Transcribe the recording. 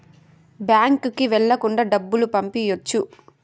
బ్యాంకుకి వెళ్ళకుండా డబ్బులు పంపియ్యొచ్చు